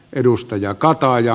edustaja kaataa ja